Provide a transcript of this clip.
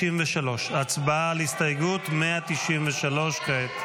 193. הסתייגות 193. הצבעה על הסתייגות 193 כעת.